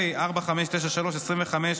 פ/4593/25,